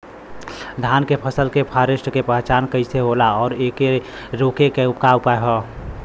धान के फसल के फारेस्ट के पहचान कइसे होला और एके रोके के उपाय का बा?